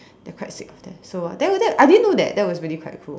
they're quite sick of that so I never did I didn't know that that was really quite cruel